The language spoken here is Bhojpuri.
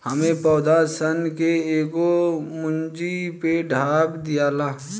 एमे पौधा सन के एगो मूंज से ढाप दियाला